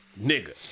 nigga